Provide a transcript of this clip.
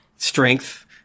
strength